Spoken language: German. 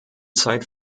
zeit